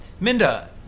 Minda